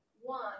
One